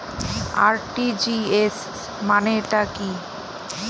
RTGS মানে টা কি?